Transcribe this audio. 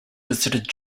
visited